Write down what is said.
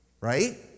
Right